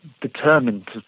determined